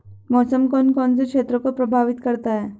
मौसम कौन कौन से क्षेत्रों को प्रभावित करता है?